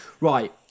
right